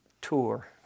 tour